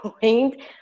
point